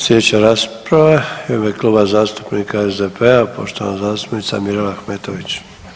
Slijedeća rasprava je u ime Kluba zastupnika SDP-a, poštovana zastupnica Mirela Ahmetović.